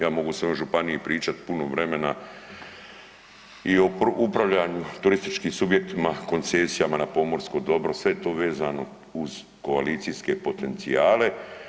Ja mogu o svojoj županiji pričat puno vremena i o upravljanju turističkim subjektima koncesijama na pomorsko dobro, sve je to vezano uz koalicijske potencijale.